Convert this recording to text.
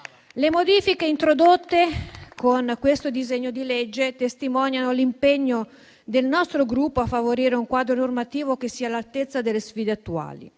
Le modifiche introdotte con il provvedimento al nostro esame testimoniano l'impegno del nostro Gruppo volto a favorire un quadro normativo che sia all'altezza delle sfide attuali.